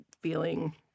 feeling